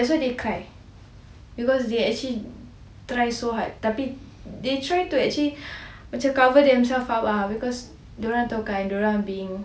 that's why they cry because they try so hard tapi they try to actually macam cover themself up ah because diorang tahu kan diorang being